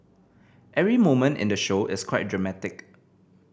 every moment in the show is quite dramatic